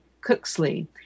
Cooksley